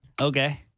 Okay